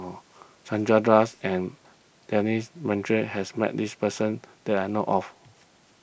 Chandra Das and Denis has met this person that I know of